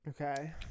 Okay